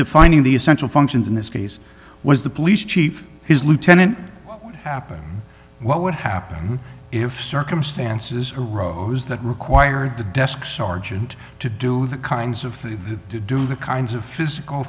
defining the essential functions in this case was the police chief his lieutenant what would happen what would happen if circumstances arose that required the desk sergeant to do the kinds of things to do the kinds of physical